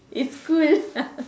it's cool